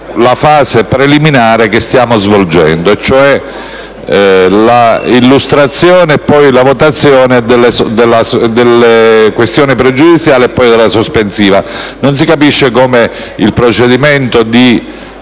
la fase preliminare che stiamo svolgendo, e cioè l'illustrazione e poi la votazione delle questioni pregiudiziali e della questione sospensiva. Non si capisce perché il procedimento